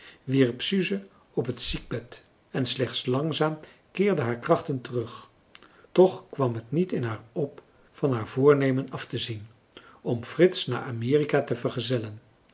wierp suze op het ziekbed en slechts langzaam keerden haar krachten terug toch kwam het niet in haar op van haar voornemen af te zien om frits naar amerika te vergezellen